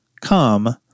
come